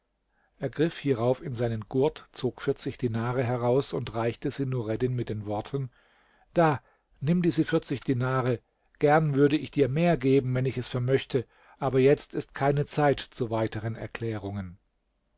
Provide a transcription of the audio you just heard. griff hierauf in seinen gurt zog dinare heraus und reichte sie nureddin mit den worten da nimm diese dinare gern würde ich dir mehr geben wenn ich es vermöchte aber jetzt ist keine zeit zu weiteren erklärungen